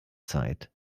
zeit